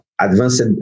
advanced